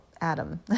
Adam